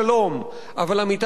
אבל, עמיתי חברי הכנסת,